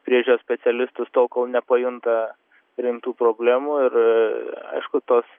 priežiūros specialistus tol kol nepajunta rimtų problemų ir aišku tas